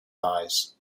eyes